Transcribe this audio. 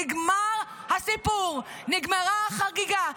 נגמר הסיפור, נגמרה החגיגה.